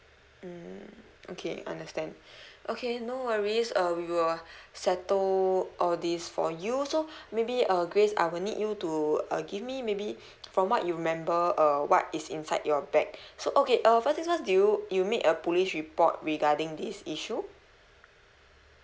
mm okay understand okay no worries uh we will settle all these for you so maybe uh grace I will need you to uh give me maybe from what you remember err what is inside your bag so okay uh first things first do you you made a police report regarding this issue